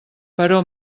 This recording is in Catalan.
però